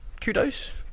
kudos